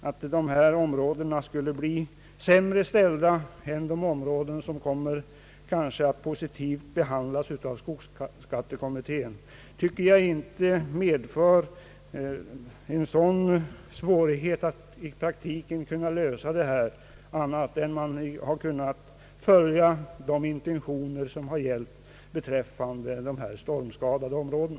Att dessa områden skulle bli sämre ställda än de områden som kanske kommer att positivt behandlas av skogsbeskattningskommittén anser jag inte medför större svårigheter än att man i praktiken skulle kunna följa de intentioner som funnits för de stormskadade områdena.